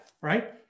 right